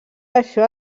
això